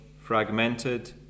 fragmented